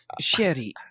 Sherry